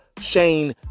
Shane